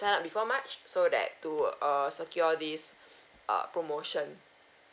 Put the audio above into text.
sign up before march so that to err secure this uh promotion